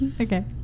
Okay